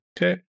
Okay